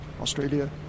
Australia